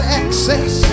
access